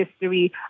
history